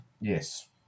Yes